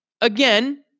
Again